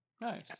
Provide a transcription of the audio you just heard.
Nice